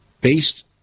based